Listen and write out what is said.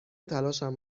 تلاشم